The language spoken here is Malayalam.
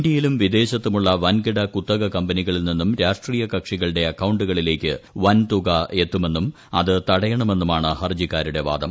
ഇന്ത്യയിലും വിദേശത്തുമുള്ള വൻകിട കുത്തക കമ്പനികളിൽ നിന്നും രാഷ്ട്രീയ കക്ഷികളുടെ അക്കൌണ്ടുകളിലേക്ക് വൻതുക എത്തുമെന്നും അത് തടയണമെന്നുമാണ് ഹർജിക്കാരുടെ വാദം